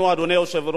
אדוני היושב-ראש,